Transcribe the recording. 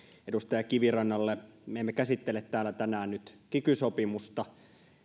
edustaja kivirannalle me emme käsittele täällä tänään nyt kiky sopimusta